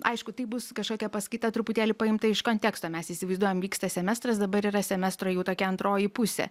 aišku tai bus kažkokia paskaita truputėlį paimta iš konteksto mes įsivaizduojam vyksta semestras dabar yra semestro jau tokia antroji pusė